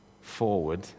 forward